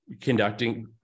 conducting